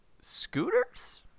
scooters